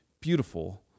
beautiful